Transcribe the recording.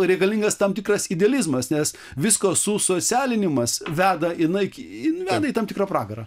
reikalingas tam tikras idealizmas nes visko susocialinimas veda į naiki veda į tam tikrą pragarą